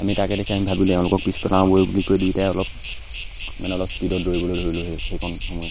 আমি তাকে দেখি আমি ভাবিলোঁ এওঁলোকক পিছ পেলাওঁ বৈ বুলি কৈ দিওঁতে অলপ মানে অলপ স্পীডত দৌৰিবলৈ ধৰিলোঁ সেইকণ সময়